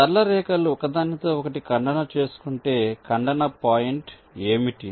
సరళ రేఖలు ఒకదానితో ఒకటి ఖండన చేసుకుంటే ఖండన పాయింట్ ఏమిటి